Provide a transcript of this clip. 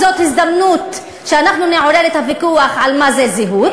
זאת הזדמנות שאנחנו נעורר את הוויכוח על מה זה זהות,